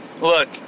Look